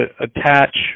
attach